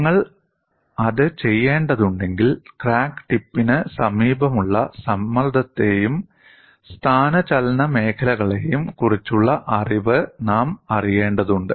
നിങ്ങൾ അത് ചെയ്യേണ്ടതുണ്ടെങ്കിൽ ക്രാക്ക് ടിപ്പിന് സമീപമുള്ള സമ്മർദ്ദത്തെയും സ്ഥാനചലന മേഖലകളെയും കുറിച്ചുള്ള അറിവ് നാം അറിയേണ്ടതുണ്ട്